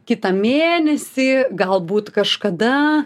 kitą mėnesį galbūt kažkada